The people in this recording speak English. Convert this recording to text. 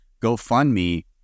GoFundMe